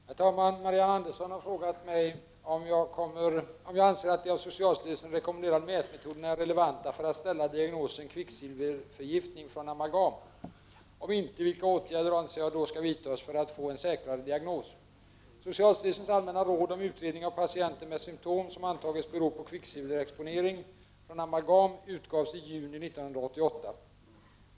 Herr talman! Marianne Andersson har frågat mig om de av socialstyrelsen rekommenderade mätmetoderna är relevanta för att ställa diagnosen kvicksilverförgiftning från amalgam och, om inte, vilka åtgärder jag då anser skall vidtas för att få en säkrare diagnos. Socialstyrelsens allmänna råd om utredning av patienter med symtom som antagits bero på kvicksilverexponering från amalgam utgavs i juni 1988.